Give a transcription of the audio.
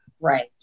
Right